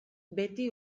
beti